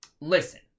Listen